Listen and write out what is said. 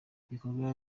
ibikorwa